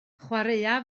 chwaraea